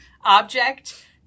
object